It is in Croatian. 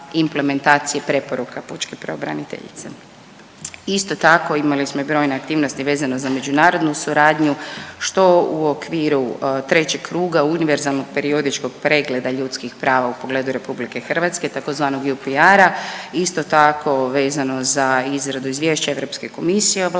implementacije preporuka pučke pravobraniteljice. Isto tako, imali smo i brojne aktivnosti vezano za međunarodnu suradnju, što u okviru 3. kruga Univerzalnog periodičkog pregleda ljudskih prava u pogledu RH, tzv. UPR-a. Isto tako, vezano za izradu izvješća Europske komisije o